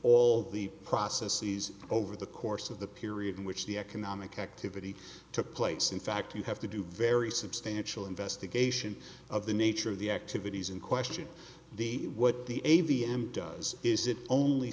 all the processes over the course of the period in which the economic activity took place in fact you have to do very substantial investigation of the nature of the activities in question the what the a v m does is it only